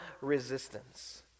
resistance